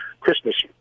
Christmas